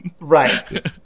Right